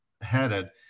headed